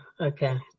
okay